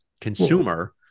consumer